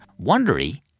Wondery